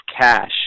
cash